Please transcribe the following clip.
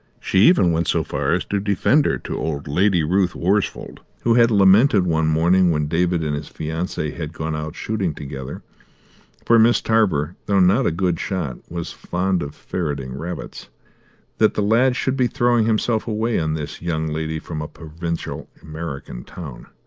she even went so far as to defend her to old lady ruth worsfold, who had lamented one morning when david and his fiancee had gone out shooting together for miss tarver, though not a good shot, was fond of ferreting rabbits that the lad should be throwing himself away on this young lady from a provincial american town.